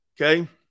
Okay